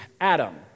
Adam